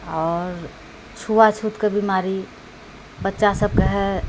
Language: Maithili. आओर छुआछूतके बीमारी बच्चासब कहै